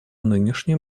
нынешнем